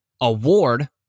award